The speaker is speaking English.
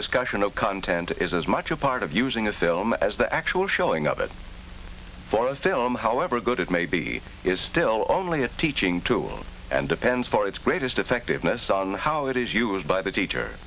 discussion of content is as much a part of using a film as the actual showing up it for a film however good it may be is still only a teaching tool and depends for its greatest effectiveness on how it is used by the teacher